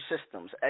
systems